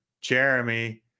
Jeremy